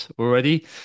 already